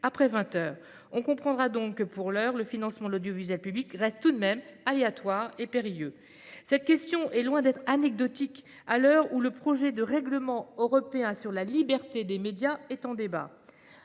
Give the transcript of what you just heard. heures. On comprendra donc que, pour le moment, le financement de l'audiovisuel demeure aléatoire et périlleux. Cette question est loin d'être anecdotique à l'heure où le projet de règlement européen relatif à la liberté des médias est en débat.